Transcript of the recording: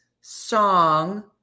song